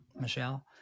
Michelle